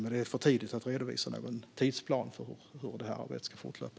Men det är för tidigt att redovisa någon tidsplan för hur arbetet ska fortlöpa.